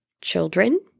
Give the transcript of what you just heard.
children